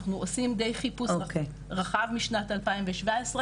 אנחנו עושים די חיפוש רחב משנת 2017,